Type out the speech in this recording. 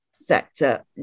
sector